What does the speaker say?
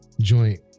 joint